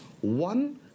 one